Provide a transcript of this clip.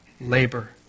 labor